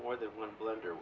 more than one blender